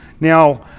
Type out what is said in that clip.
Now